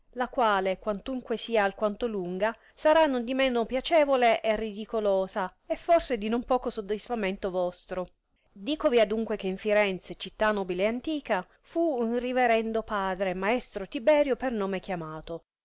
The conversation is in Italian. la quale quantunque sia alquanto lunga sarà nondimeno piacevole e ridicolosa e forse di non poco sodisfamento vostro dicovi adunque che in firenze città nobile ed antica fu un riverendo padre maestro tiberio per nome chiamato